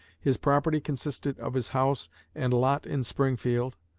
his property consisted of his house and lot in springfield,